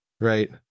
Right